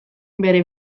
bere